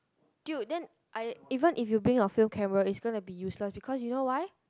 dude then I even if you bring your film camera it's gonna be useless because you know why